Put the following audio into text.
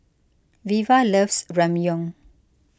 Veva loves Ramyeon